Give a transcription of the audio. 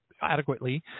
adequately